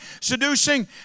seducing